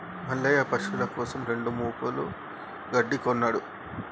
మల్లయ్య పశువుల కోసం రెండు మోపుల గడ్డి కొన్నడు